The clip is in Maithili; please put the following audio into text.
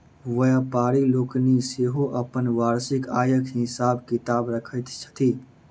व्यापारि लोकनि सेहो अपन वार्षिक आयक हिसाब किताब रखैत छथि